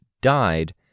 died